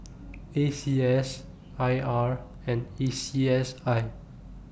A C S I R and A C S I